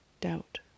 doubt